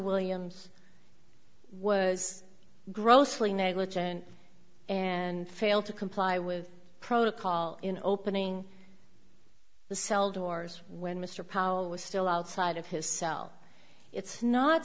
williams was grossly negligent and failed to comply with protocol in opening the cell doors when mr powell was still outside of his cell it's not